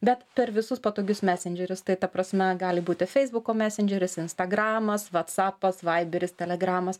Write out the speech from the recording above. bet per visus patogius mesendžerius tai ta prasme gali būti feisbuko mesendžeris instagramas vatsapas vaiberis telegramas